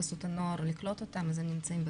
חסות הנוער לקלוט אותם אז הם נמצאים בכלא.